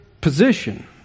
position